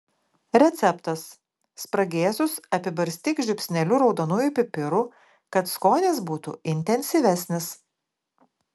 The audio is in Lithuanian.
receptas spragėsius apibarstyk žiupsneliu raudonųjų pipirų kad skonis būtų intensyvesnis